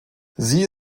sie